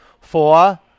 Four